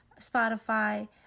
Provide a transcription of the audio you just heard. Spotify